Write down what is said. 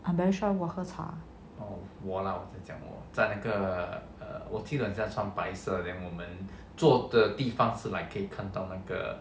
I'm very sure 我喝茶